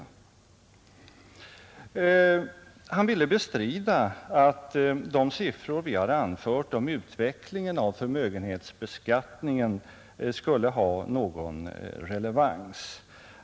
Herr Levin ville bestrida att de siffror vi har anfört om utvecklingen av förmögenhetsbeskattningen skulle ha någon relevans.